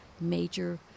major